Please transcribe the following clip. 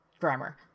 grammar